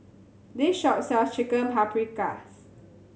this shop sells Chicken Paprikas